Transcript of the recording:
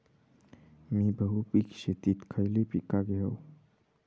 मी बहुपिक शेतीत खयली पीका घेव?